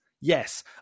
Yes